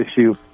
issue